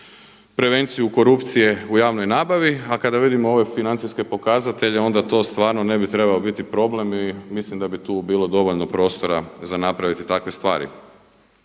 prevenciju korupcije u javnoj nabavi, a kada vidimo ove financijske pokazatelje onda to stvarno ne bi trebao biti problem i mislim da bi tu bilo dovoljno prostora za napraviti takve stvari.